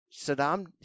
Saddam